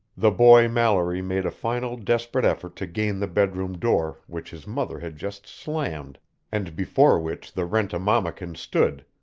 the boy mallory made a final desperate effort to gain the bedroom door which his mother had just slammed and before which the rent-a-mammakin stood,